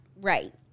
right